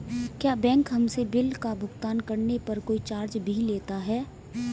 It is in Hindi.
क्या बैंक हमसे बिल का भुगतान करने पर कोई चार्ज भी लेता है?